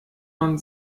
man